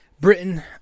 Britain